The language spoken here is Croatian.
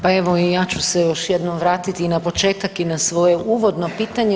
Pa evo i ja ću se još jednom vratiti i na početaka i na svoje uvodno pitanje.